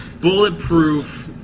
bulletproof